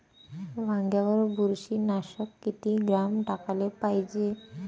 वांग्यावर बुरशी नाशक किती ग्राम टाकाले पायजे?